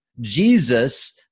Jesus